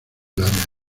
largas